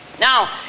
Now